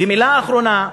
ומילה אחרונה.